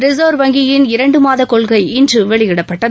reserve வங்கியின் இரண்டு மாத கொள்கை இன்று வெளியிடப்பட்டது